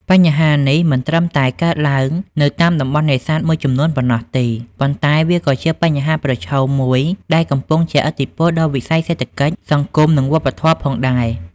បញ្ហានេះមិនត្រឹមតែកើតឡើងនៅតាមតំបន់នេសាទមួយចំនួនប៉ុណ្ណោះទេ ប៉ុន្តែវាក៏ជាបញ្ហាប្រឈមរួមដែលកំពុងជះឥទ្ធិពលដល់វិស័យសេដ្ឋកិច្ច សង្គម និងវប្បធម៌ផងដែរ។